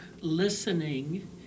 listening